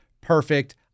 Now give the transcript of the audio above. perfect